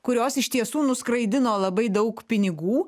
kurios iš tiesų nuskraidino labai daug pinigų